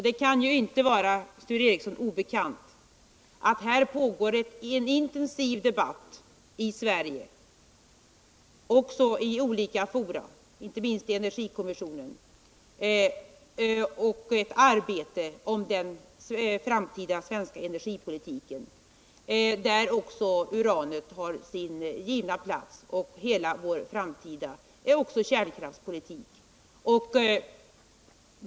Det kan inte vara Sture Ericson obekant att det pågår en intensiv debatt i Sverige i olika fora, inte minst i energikommissionen, och ett arbete på utformningen av den framtida energipolitiken, där också uranet har sin givna plats lika väl som vår kärnkraftspolitik.